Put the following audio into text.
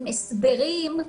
עם הסברים.